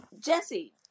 Jesse